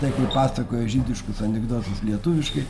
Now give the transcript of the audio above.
taip nupasakojo žydiškus anekdotus lietuviškai